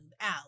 out